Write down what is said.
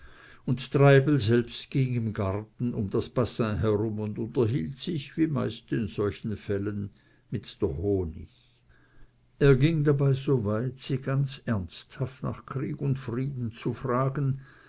und treibel selbst ging im garten um das bassin herum und unterhielt sich wie meist in solchen fällen mit der honig er ging dabei so weit sie ganz ernsthaft nach krieg und frieden zu fragen